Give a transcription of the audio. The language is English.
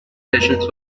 sessions